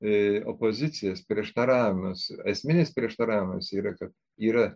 ė opozicijas prieštaravimus esminis prieštaravimas yra kad yra